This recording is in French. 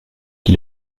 qui